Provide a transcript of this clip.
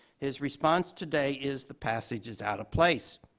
his response today is, the passage is out of place,